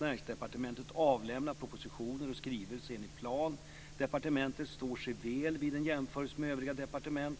Näringsdepartementet avlämnar propositioner och skrivelser enligt plan. Departementet står sig väl vid en jämförelse med övriga departement.